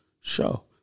Show